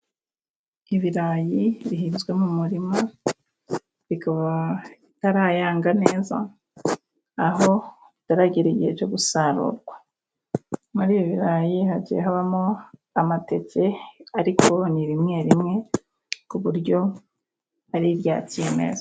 Ibirayi bihinzwe mu murima bikaba bitarayanga neza, aho bitaragera igihe cyo gusarurwa. Muri ibi birayi hagiye habamo amateke ariko ni rimwe rimwe, ku buryo ari irya cyimeza.